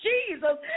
Jesus